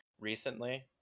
recently